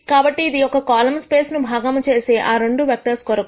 కాబట్టి ఇది column space ను భాగము చేసే ఆ రెండు ఐగన్ వెక్టర్స్ కొరకు